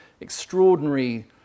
extraordinary